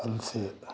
अनिकेत हैं